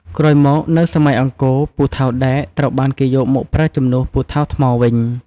ក្រោយមកនៅសម័យអង្គរ ពូថៅដែកត្រូវបានគេយកមកប្រើជំនួសពូថៅថ្មវិញ។